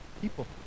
people